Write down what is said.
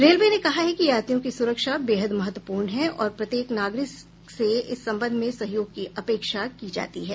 railway ने कहा है कि यात्रियों की सुरक्षा बेहद महत्वपूर्ण है और प्रत्येक नागरिक से इस संबंध में सहयोग की अपेक्षा की जाती है